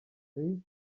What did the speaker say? castell